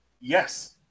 yes